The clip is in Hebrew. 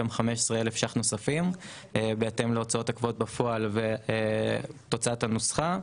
גם 15,000 ש"ח נוספים בהתאם להוצאות הקבועות בפועל ותוצאת הנוסחה.